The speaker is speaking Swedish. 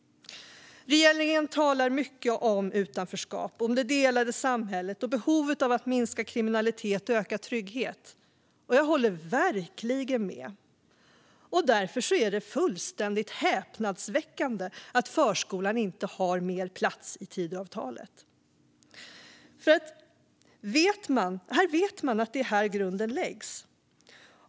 Regeringen talar mycket om utanförskap, om det delade samhället och om behovet av att minska kriminaliteten och öka tryggheten. Jag håller verkligen med. Därför är det fullständigt häpnadsväckande att förskolan inte har mer plats i Tidöavtalet. Man vet nämligen att det är där som grunden läggs.